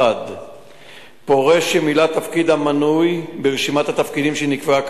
1. פורש שמילא תפקיד המנוי ברשימת התפקידים שנקבעה